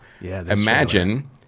imagine